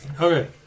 Okay